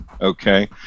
okay